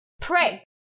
Pray